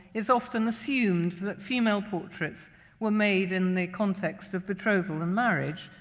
it's often assumed that female portraits were made in the contexts of betrothal and marriage,